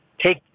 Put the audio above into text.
Take